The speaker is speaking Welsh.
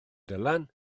dylan